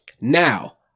Now